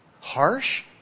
Harsh